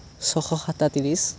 ছশ সাতত্ৰিছ